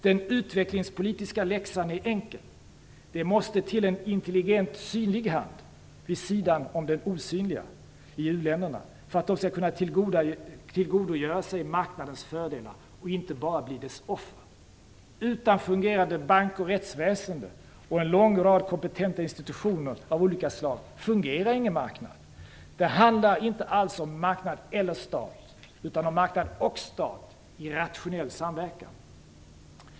Den utvecklingspolitiska läxan är enkel: det måste till en intelligent synlig hand vid sidan av den osynliga om u-länderna skall kunna tillgodogöra sig marknadens fördelar och inte bara bli dess offer. Utan fungerande bank och rättsväsende och en lång rad kompetenta institutioner av olika slag fungerar ingen marknad. Det handlar inte alls om marknad eller stat utan om marknad och stat i en rationell samverkan.